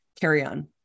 carry-on